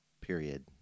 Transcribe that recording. period